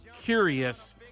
curious –